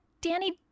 Danny